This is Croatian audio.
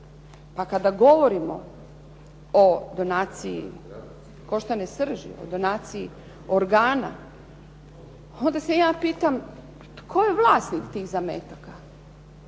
A kada govorimo o donaciji koštane srži, o donaciji organa onda se ja pitam tko je vlasnik tih zametaka.